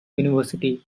university